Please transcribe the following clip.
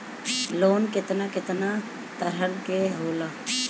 Loan केतना केतना तरह के होला?